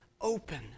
open